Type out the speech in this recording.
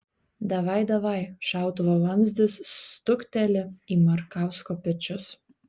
davaj davaj šautuvo vamzdis stukteli į markausko pečius